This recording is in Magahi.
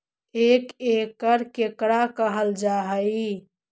एक एकड़ केकरा कहल जा हइ?